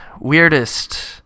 weirdest